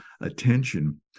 attention